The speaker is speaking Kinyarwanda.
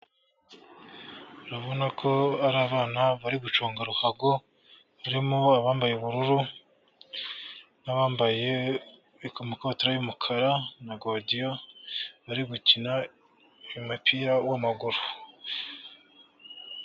Urabona ko ari abana bari guconga ruhago, rurimo abambaye ubururu n'abambaye amakabutura y'umukara na godiyo, bari gukina umupira w'amaguru.